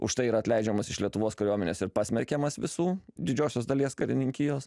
už tai yra atleidžiamas iš lietuvos kariuomenės ir pasmerkiamas visų didžiosios dalies karininkijos